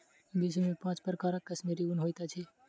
विश्व में पांच प्रकारक कश्मीरी ऊन होइत अछि